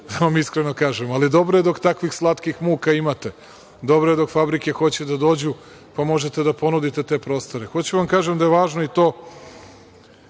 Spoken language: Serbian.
Ja vam iskreno kažem, ali dobro je dok takvih slatkih muka imate. Dobro je dok fabrike hoće da dođu, pa možete da ponudite te prostore. Hoću da vam kažem da je važno i to